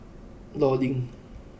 Law Link